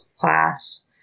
class